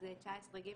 19(ג)